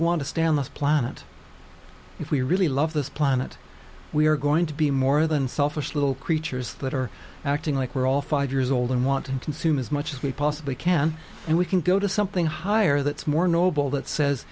want to stay on this planet if we really love this planet we are going to be more than selfish little creatures that are acting like we're all five years old and want to consume as much as we possibly can and we can go to something higher that's more noble that says